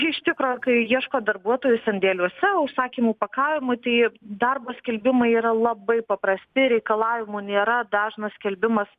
iš tikro kai ieško darbuotojų sandėliuose užsakymų pakavimui tai darbo skelbimai yra labai paprasti reikalavimų nėra dažnas skelbimas